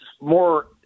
more